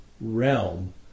realm